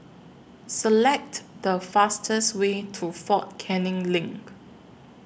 Select The fastest Way to Fort Canning LINK